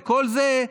בכל זה,